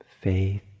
faith